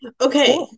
okay